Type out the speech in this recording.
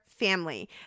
Family